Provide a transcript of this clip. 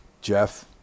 Jeff